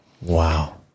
Wow